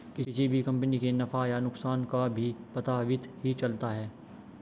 किसी भी कम्पनी के नफ़ा या नुकसान का भी पता वित्त ही चलता है